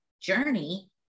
journey